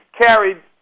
carried